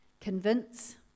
Convince